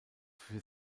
für